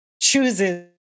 chooses